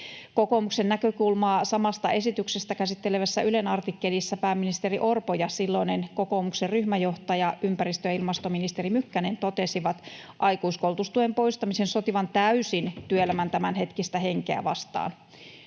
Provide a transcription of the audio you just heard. Kokoomuksen näkökulmaa samasta esityksestä käsittelevässä Ylen artikkelissa pääministeri Orpo ja silloinen kokoomuksen ryhmäjohtaja, ympäristö- ja ilmastoministeri Mykkänen totesivat aikuiskoulutustuen poistamisen sotivan täysin työelämän tämänhetkistä henkeä vastaan.